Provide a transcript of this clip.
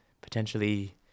potentially